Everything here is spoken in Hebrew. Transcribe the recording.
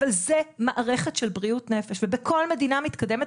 אבל זאת מערכת של בריאות נפש ובכל מדינה מתקדמת